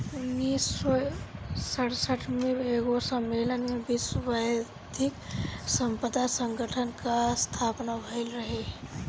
उन्नीस सौ सड़सठ में एगो सम्मलेन में विश्व बौद्धिक संपदा संगठन कअ स्थापना भइल रहे